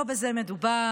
לא בזה מדובר,